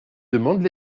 demandent